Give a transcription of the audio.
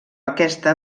aquesta